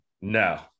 no